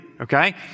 Okay